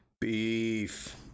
Beef